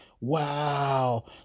Wow